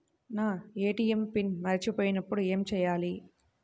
నా ATM PIN మరచిపోయినప్పుడు ఏమి చేయాలి?